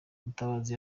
mutabazi